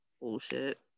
bullshit